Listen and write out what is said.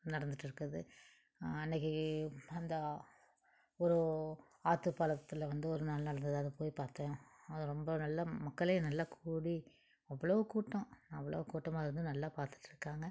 நடந்துட்டு இருக்குது அன்றைக்கு அந்த ஒரு ஆத்துப்பாலத்தில் வந்து ஒரு நாள் நடந்தது அதை போய் பார்த்தேன் அது ரொம்ப நல்ல மக்களே நல்ல கூடி அவ்வளவு கூட்டம் அவ்வளவு கூட்டமாக இருந்து நல்லா பார்த்துட்டு இருக்காங்க